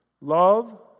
Love